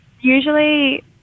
Usually